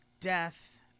death